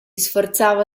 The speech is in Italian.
sforzava